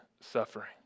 suffering